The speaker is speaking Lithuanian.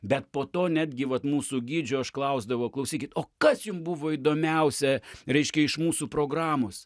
bet po to netgi vat mūsų gidžių aš klausdavau klausykit o kas jum buvo įdomiausia reiškia iš mūsų programos